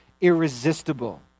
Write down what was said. irresistible